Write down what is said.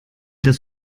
das